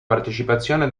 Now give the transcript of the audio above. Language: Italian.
partecipazione